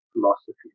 philosophy